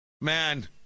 Man